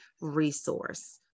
resource